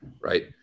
right